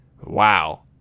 Wow